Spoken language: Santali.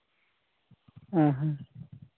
ᱦᱮᱸ ᱦᱮᱸ